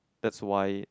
that's why